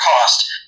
cost